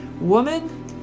Woman